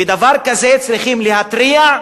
ועל דבר כזה צריכים להתריע,